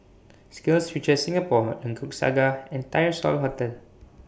SkillsFuture Singapore Lengkok Saga and Tyersall Road